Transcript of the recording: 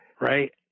right